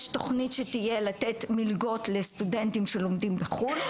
יש תוכנית שתהיה לתת מלגות לסטודנטים שלומדים בחו"ל.